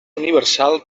universal